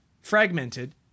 fragmented